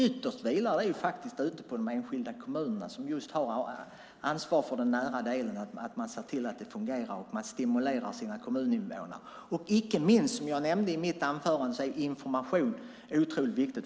Ytterst vilar det på de enskilda kommunerna, som har ansvar för att se till att det fungerar och att stimulera sina kommuninvånare. Icke minst är information, som jag nämnde i mitt anförande, otroligt viktig.